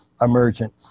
emergent